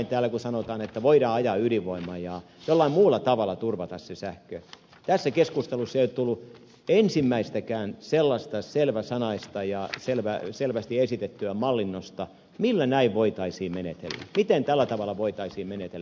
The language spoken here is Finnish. kun täällä sanotaan että voidaan ajaa alas ydinvoimaa ja jollain muulla tavalla turvata se sähkö tässä keskustelussa ei ole tullut ensimmäistäkään sellaista selväsanaista ja selvästi esitettyä mallinnosta millä näin voitaisiin menetellä miten tällä tavalla voitaisiin menetellä